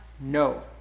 No